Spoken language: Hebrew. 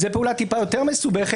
זו פעולה טיפה יותר מסובכת,